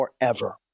forever